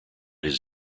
his